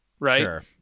right